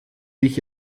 wich